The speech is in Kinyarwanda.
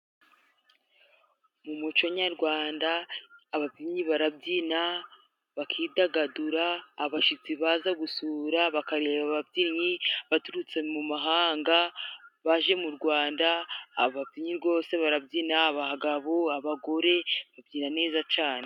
Mu muco nyarwanda, ababyinnyi barabyina bakidagadura. Abashyitsi baza gusura bakareba ababyinnyi, baturutse mu mahanga, baje mu Rwanda. Ababyinnyi rwose barabyina, abagabo, abagore babyina neza cane.